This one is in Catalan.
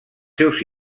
seus